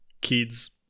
kids